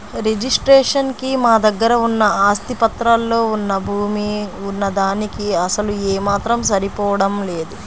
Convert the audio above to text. registration కి మా దగ్గర ఉన్న ఆస్తి పత్రాల్లో వున్న భూమి వున్న దానికీ అసలు ఏమాత్రం సరిపోడం లేదు